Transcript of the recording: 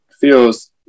feels